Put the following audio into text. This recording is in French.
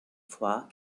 fois